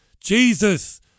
Jesus